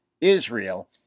Israel